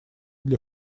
для